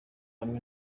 hamwe